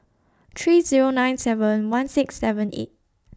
three Zero nine seven one six seven eight